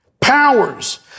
powers